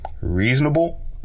Reasonable